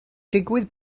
digwydd